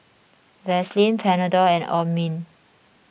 Vaselin Panadol and Obimin